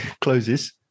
closes